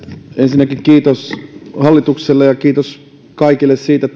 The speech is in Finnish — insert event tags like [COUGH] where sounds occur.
ensinnäkin kiitos hallitukselle ja kiitos kaikille siitä [UNINTELLIGIBLE]